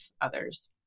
others